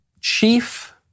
chief